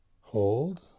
Hold